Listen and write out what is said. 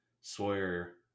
Sawyer